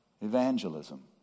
evangelism